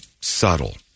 subtle